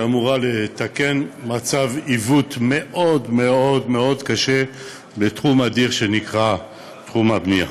שאמורה לתקן עיוות מאוד מאוד קשה בתחום אדיר שנקרא תחום הבנייה.